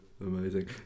Amazing